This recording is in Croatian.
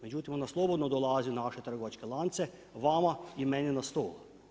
Međutim, ona slobodno dolazi u naše trgovačke lance, vama i meni na stol.